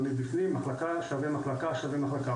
אבל מבפנים מחלקה שווה מחלקה שווה מחלקה,